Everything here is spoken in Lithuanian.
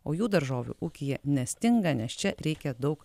o jų daržovių ūkyje nestinga nes čia reikia daug